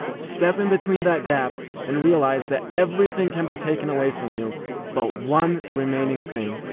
step in between that gap and realize that everything can be taken away from you but one remaining thing,